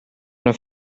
una